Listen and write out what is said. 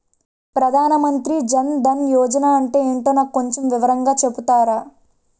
ప్రధాన్ మంత్రి జన్ దన్ యోజన అంటే ఏంటో నాకు కొంచెం వివరంగా చెపుతారా?